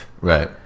right